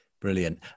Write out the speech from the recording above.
brilliant